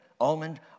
almond